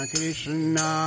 Krishna